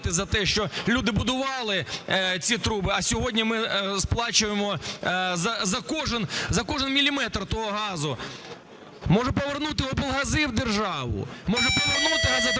за те, що люди будували ці труби, а сьогодні ми сплачуємо за кожен міліметр того газу? Може, повернути облгази в державу? Може, повернути газотранспортну